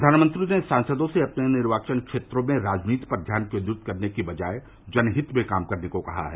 प्रधानमंत्री ने सांसदों से अपने निर्वाचन क्षेत्रों में राजनीति पर ध्यान केन्द्रित करने की बजाय जनहित में काम करने को कहा है